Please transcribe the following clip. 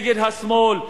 נגד השמאל,